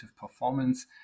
performance